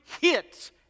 hits